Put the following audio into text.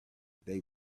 they